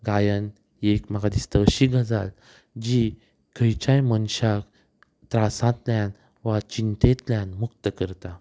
गायन ही एक म्हाका दिसता अशी गजाल जी खंयच्याय मनशाक त्रासांतल्यान वा चिंतेंतल्यान मुक्त करता